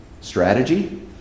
Strategy